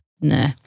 no